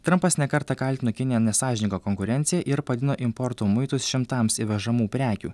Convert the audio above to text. trampas ne kartą kaltino kiniją nesąžininga konkurencija ir padidino importo muitus šimtams įvežamų prekių